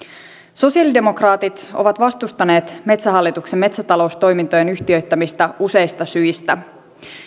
sosialidemokraatit ovat vastustaneet metsähallituksen metsätaloustoimintojen yhtiöittämistä useista syistä